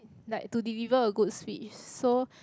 like to deliver a good speech so